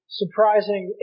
surprising